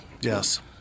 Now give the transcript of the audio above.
Yes